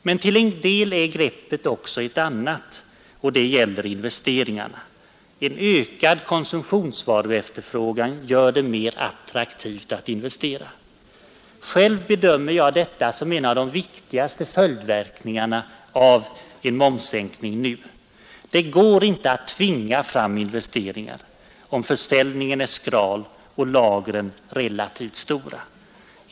Men till en del är greppet också ett annat och gäller då investeringarna. En ökad konsumtionsvaruefterfrågan gör det mera attraktivt att investera. Själv bedömer jag detta som en av de viktigaste följdverkningarna av en momssänkning nu. Det går inte att tvinga fram investeringar om försäljningen är skral och lagren relativt stora.